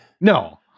No